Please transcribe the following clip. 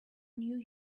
new